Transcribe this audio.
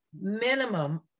Minimum